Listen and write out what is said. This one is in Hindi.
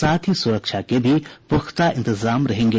साथ ही सुरक्षा के भी पुख्ता इंतजाम रहेंगे